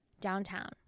downtown